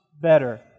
better